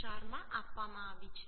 4 માં આપવામાં આવી છે